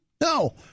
No